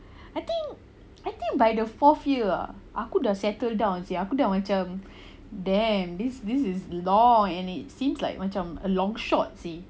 I think I think by the fourth year ah aku dah settle down sia aku dah macam damn this is long and it seems like much of a long shot see